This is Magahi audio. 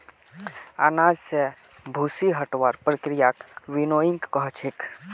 अनाज स भूसी हटव्वार प्रक्रियाक विनोइंग कह छेक